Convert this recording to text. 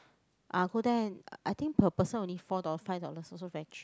I go there I think person only four dollar five dollars also very cheap